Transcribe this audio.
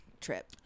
trip